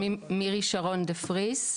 שמי מירי שרון דה פריס,